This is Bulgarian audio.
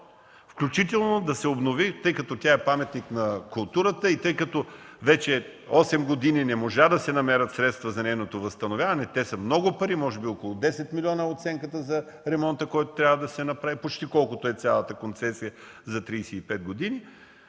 включително да се обяви, тъй като тя е паметник на културата. Вече осем години не можаха да се намерят средства за нейното възстановяване. Това са много пари, може би около 10 милиона е оценката за ремонта, който трябва да се направи, почти колкото е цялата концесия за 35 години,